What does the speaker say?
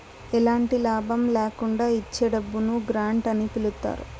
ఎలాంటి లాభం ల్యాకుండా ఇచ్చే డబ్బును గ్రాంట్ అని పిలుత్తారు